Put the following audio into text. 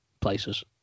places